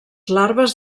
larves